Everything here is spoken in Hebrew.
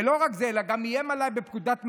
ולא רק זה, הוא גם איים עליי בפקודת מאסר,